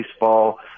baseball